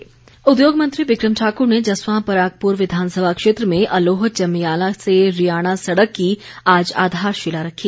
बिक्रम ठाक्र उद्योग मंत्री बिक्रम ठाकुर ने जसवां परागपुर विधानसभा क्षेत्र में अलोह चमियाला से रियाणा सड़क की आज आधारशिला रखी